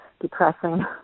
depressing